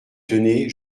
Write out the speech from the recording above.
tenez